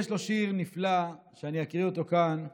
יש לו שיר נפלא, ואני אקריא אותו כאן לכבודו.